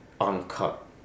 uncut